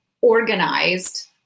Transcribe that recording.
organized